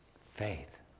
Faith